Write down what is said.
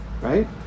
Right